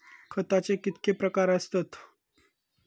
खताचे कितके प्रकार असतत?